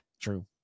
true